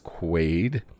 Quaid